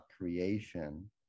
creation